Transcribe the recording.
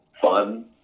fun